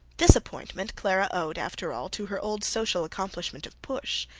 this appointment clara owed, after all, to her old social accomplishment of push.